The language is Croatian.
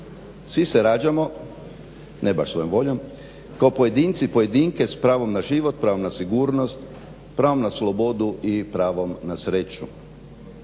Svi se rađamo, ne baš svojom voljom, kao pojedinci i pojedinke s pravom na život, pravom na sigurnost, pravom na slobodu i pravom na sreću.